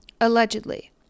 Allegedly